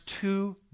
two